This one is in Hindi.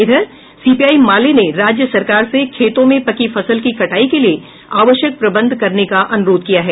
इधर सीपीआई माले ने राज्य सरकार से खेतों में पकी हुई फसल की कटाई के लिए आवश्यक प्रबंध करने का अनुरोध किया है